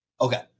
Okay